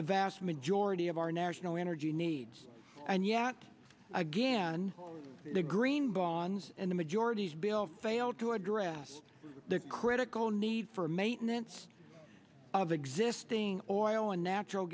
the vast majority of our national energy needs and yet again the green bonnes in the majority's bill failed to address the critical need for maintenance of existing oil and natural